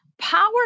power